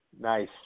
Nice